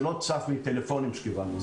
זה לא צף מטלפונים שקיבלנו,